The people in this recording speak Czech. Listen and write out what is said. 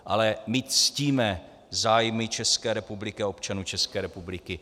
Ale my ctíme zájmy České republiky a občanů České republiky.